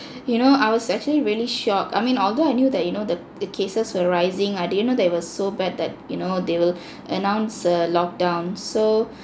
you know I was actually really shocked I mean although I knew that you know the the cases were rising I didn't know that it was so bad that you know they will announce a lockdown so